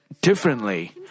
differently